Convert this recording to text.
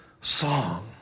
song